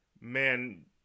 man